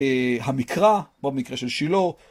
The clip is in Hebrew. המקרא, במקרה של שילו.